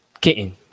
kitten